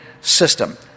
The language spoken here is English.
system